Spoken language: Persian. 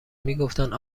میگفتن